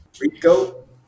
Rico